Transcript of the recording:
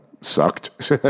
sucked